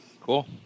Cool